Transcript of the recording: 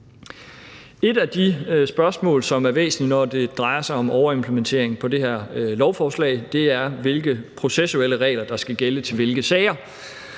Et af de spørgsmål, som er væsentlige, når det drejer sig om overimplementering af det her lovforslag, er, hvilke processuelle regler der skal gælde for hvilke sager.